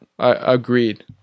Agreed